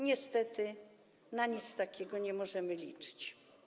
Niestety na nic takiego nie możemy liczyć.